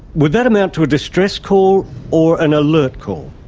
would that amount to a distress call or an alert call?